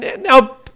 Now